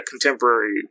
contemporary